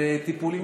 והטיפולים,